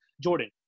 Jordan